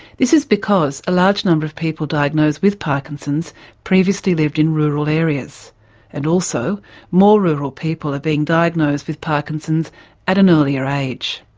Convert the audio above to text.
this is because a large number of people diagnosed with parkinson's previously lived in rural areas and also more rural people are being diagnosed with parkinson's at an earlier age.